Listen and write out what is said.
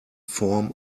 form